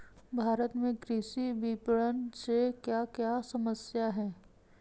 भारत में कृषि विपणन से क्या क्या समस्या हैं?